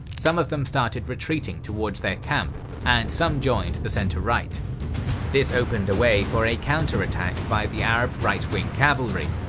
some of them started retreating towards their camp and some joined the center-right. this opened a way for a counterattack by the arab right-wing cavalry.